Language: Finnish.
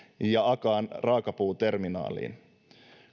ja akaan raakapuuterminaaliin